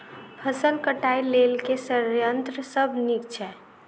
फसल कटाई लेल केँ संयंत्र सब नीक छै?